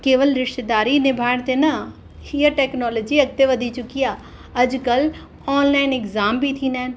केवल रिश्तेदारी निभाइण ते न हीअ टेकनोलोजी अॻिते वधी चुकी आहे अॼुकल्ह ऑनलाइन एग्ज़ाम बि थींदा आहिनि